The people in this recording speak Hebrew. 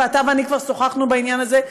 ואתה ואני כבר שוחחנו בעניין הזה.